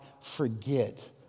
forget